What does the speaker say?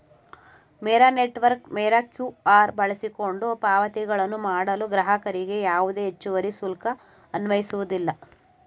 ಮೇರಾ network Mera QR ಬಳಸಿಕೊಂಡು ಪಾವತಿಗಳನ್ನು ಮಾಡಲು ಗ್ರಾಹಕರಿಗೆ ಯಾವುದೇ ಹೆಚ್ಚುವರಿ ಶುಲ್ಕ ಅನ್ವಯಿಸುವುದಿಲ್ಲ